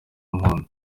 unkunda